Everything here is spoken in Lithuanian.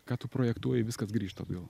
kad tu projektuoji viskas grįžta atgal